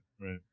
right